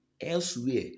elsewhere